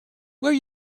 where